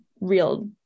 real